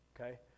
Okay